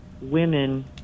women